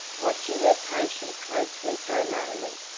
watching her patient closely for a moment,